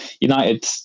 United